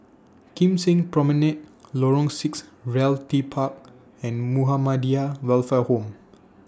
Kim Seng Promenade Lorong six Realty Park and Muhammadiyah Welfare Home